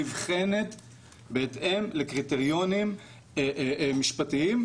נבחנת בהתאם לקריטריונים משפטיים.